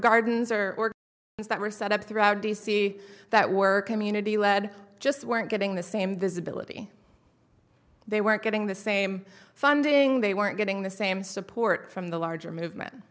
those that were set up throughout d c that were community led just weren't getting the same visibility they weren't getting the same funding they weren't getting the same support from the larger movement